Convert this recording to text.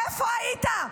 איפה היית?